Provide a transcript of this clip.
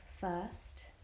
first